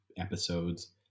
episodes